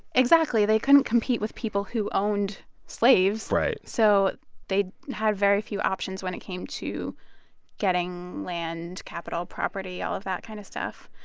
exactly. they couldn't compete with people who owned slaves. right. so they had very few options when it came to getting land, capital, property, all of that kind of stuff.